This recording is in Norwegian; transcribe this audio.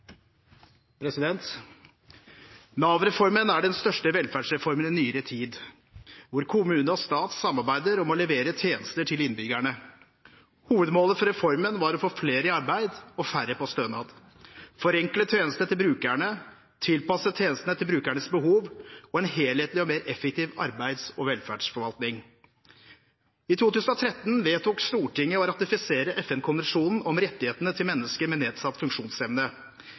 er den største velferdsreformen i nyere tid, hvor kommune og stat samarbeider om å levere tjenester til innbyggerne. Hovedmålet for reformen var å få flere i arbeid og færre på stønad, forenkle tjenestene til brukerne, tilpasse tjenestene etter brukernes behov og en helhetlig og mer effektiv arbeids- og velferdsforvaltning. I 2013 vedtok Stortinget å ratifisere FN-konvensjonen om rettighetene til mennesker med nedsatt